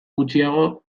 gutxiago